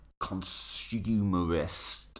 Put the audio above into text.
consumerist